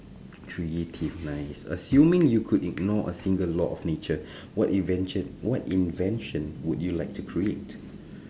creative nice assuming you could ignore a single law of nature what invention what invention would you like to create